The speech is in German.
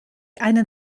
einen